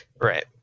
right